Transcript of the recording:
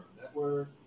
network